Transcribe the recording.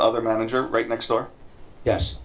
other manager right next door yes